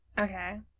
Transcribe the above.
Okay